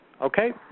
Okay